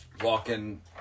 walking